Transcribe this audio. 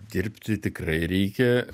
dirbti tikrai reikia